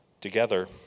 Together